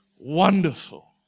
Wonderful